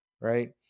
Right